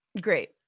Great